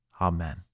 Amen